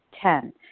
Ten